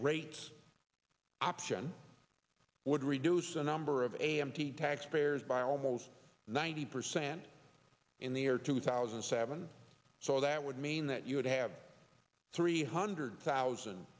rates option would reduce the number of a m t tax payers by almost ninety percent in the year two thousand and seven so that would mean that you would have three hundred thousand